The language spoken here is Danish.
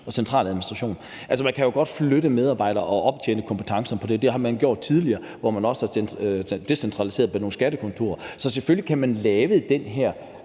og centraladministration. Man kan jo godt flytte medarbejdere og opdyrke kompetencerne, for det har man gjort tidligere, hvor man har decentraliseret det i form af nogle skattekontorer. Man kan selvfølgelig lave den her